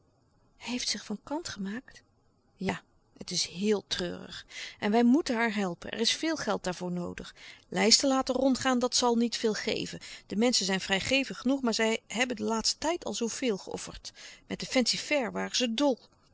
hij heeft zich van kant gemaakt ja het is heel treurig en wij moeten haar helpen er is veel geld daarvoor noodig lijsten laten rondgaan dat zal niet veel geven de menschen zijn vrijgevig genoeg maar zij hebben den laatsten tijd al zoo veel geofferd met den fancy-fair waren ze dol